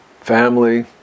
family